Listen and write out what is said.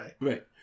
Right